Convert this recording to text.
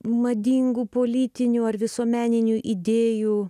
madingų politinių ar visuomeninių idėjų